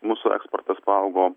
mūsų eksportas paaugo